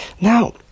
Now